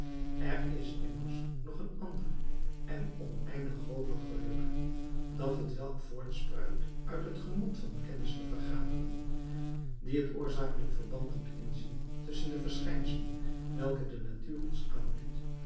er is immers nog een ander en oneindig hooger geluk dat hetwelk voortspruit uit het genot van kennis te vergaderen die het oorzakelijk verband doet inzien tusschen de verschijnselen welke de natuur ons aanbiedt